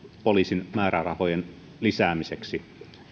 poliisin määrärahojen lisäämiseksi